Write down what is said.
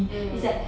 mm